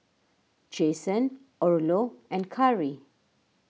Jason Orlo and Kari